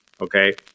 okay